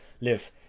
Live